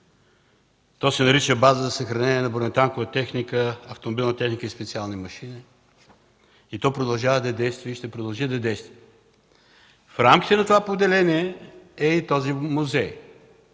То се нарича „База за съхранение на бронетанкова техника, автомобилна техника и специални машини” – продължава да действа, и ще продължи да действа. В рамките на това поделение е и този музей.